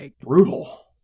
brutal